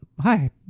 Hi